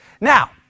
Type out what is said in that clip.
Now